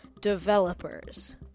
developers